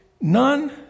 None